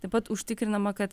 taip pat užtikrinama kad